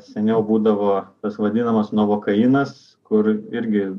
seniau būdavo tas vadinamas novokainas kur irgi